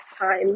time